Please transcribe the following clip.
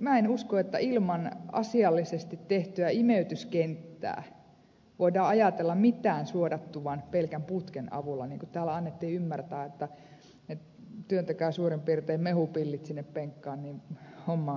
minä en usko että ilman asiallisesti tehtyä imeytyskenttää voidaan ajatella mitään suodattuvan pelkän putken avulla niin kuin täällä annettiin ymmärtää että työntäkää suurin piirtein mehupillit sinne penkkaan niin homma on hallinnassa